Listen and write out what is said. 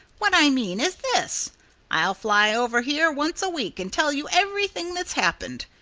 what i mean is this i'll fly over here once a week and tell you everything that's happened.